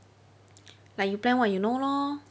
like you plan what you know lor